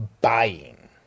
buying